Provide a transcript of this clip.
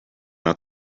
not